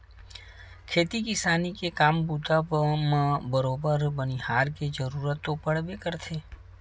खेती किसानी के काम बूता म बरोबर बनिहार के जरुरत तो पड़बे करथे